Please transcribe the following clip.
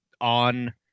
on